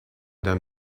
them